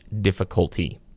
difficulty